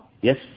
Yes